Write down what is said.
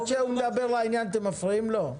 רגע, עד שהוא מדבר לעניין, אתם מפריעים לו.